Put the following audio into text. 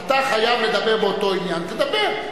אתה חייב לדבר באותו עניין, תדבר.